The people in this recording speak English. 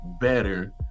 better